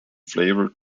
flavor